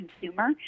consumer